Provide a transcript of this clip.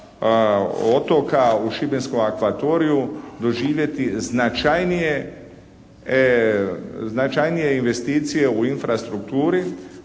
otoka u Šibenskom akvatoriju doživjeti značajnije investicije u infrastrukturi